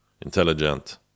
intelligent